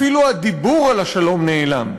אפילו הדיבור על השלום נעלם.